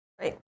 Right